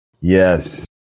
yes